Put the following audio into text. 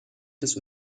des